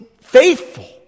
faithful